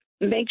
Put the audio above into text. make